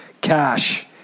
cash